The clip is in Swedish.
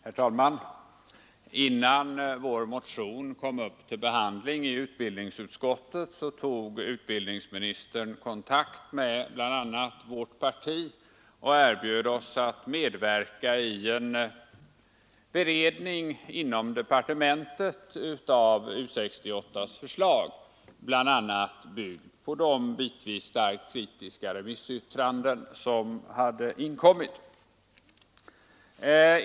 Herr talman! Innan vår motion kom upp till behandling i utbildnings utskottet tog utbildningsministern kontakt med bl.a. vårt parti och erbjöd oss att medverka i en beredning inom departementet av U 68:s förslag, bl.a. byggd på de bitvis starkt kritiska remissyttranden som hade inkommit.